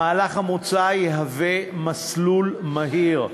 המהלך המוצע יהווה מסלול מהיר,